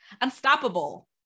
Unstoppable